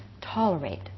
tolerate